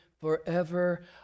forever